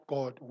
God